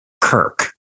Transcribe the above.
Kirk